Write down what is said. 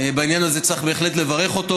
בעניין הזה צריך בהחלט לברך אותו,